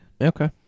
Okay